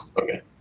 Okay